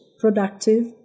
productive